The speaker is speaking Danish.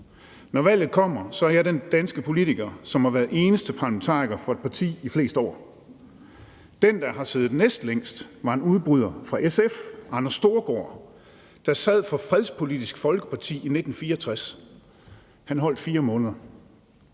Når valget kommer, er jeg den danske politiker, som har været eneste parlamentariker for et parti i flest år; den, der har siddet næstlængst, var en udbryder fra SF, nemlig Anders Storgaard, der sad for Fredspolitisk Folkeparti i 1964. Han holdt i 4 måneder.